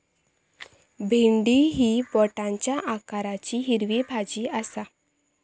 भेंडी ही बोटाच्या आकाराची हिरवी भाजी आसा